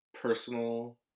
personal